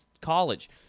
college